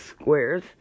squares